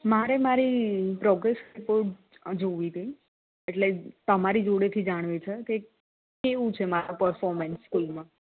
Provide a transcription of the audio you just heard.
મારે મારી progress report જોવી હતી એટલે તમારી જોડેથી જાણવી છે કંઈક કેવું છે મારું પરફોર્મન્સ સ્કૂલમાં